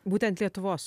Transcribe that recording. būtent lietuvos